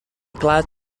glad